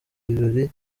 ibirori